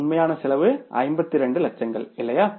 உண்மையான செலவு 52 லட்சங்கள் இல்லையா